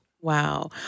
Wow